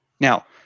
Now